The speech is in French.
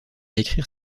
écrire